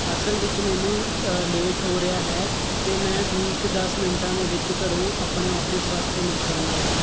ਅਸਲ ਵਿੱਚ ਮੈਨੂੰ ਲੇਟ ਹੋ ਰਿਹਾ ਹੈ ਤੇ ਮੈਂ ਠੀਕ ਦਸ ਮਿੰਟਾਂ ਦੇ ਵਿੱਚ ਘਰੋਂ ਆਪਣੇ ਆਫ਼ਿਸ ਵਾਸਤੇ ਨਿਕਲਣਾ ਹੈ